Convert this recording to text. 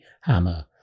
hammer